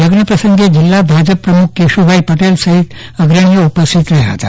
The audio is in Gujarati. થજ્ઞ પ્રસંગે જીલ્લા ભાજપ પ્રમુખ કેશુભાઈ પટેલ સફીત અગ્રણીઓ ઉપસ્થિત રહ્યા હતા